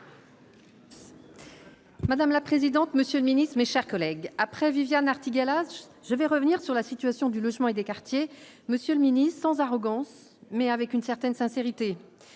Madame la présidente, monsieur le Ministre, mes chers collègues après Viviane Artigalas je vais revenir sur la situation du logement et des quartiers, monsieur le Ministre, sans arrogance mais avec une certaine sincérité,